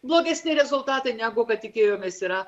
blogesni rezultatai negu kad tikėjomės yra